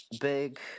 Big